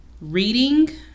reading